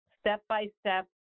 step-by-step